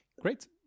great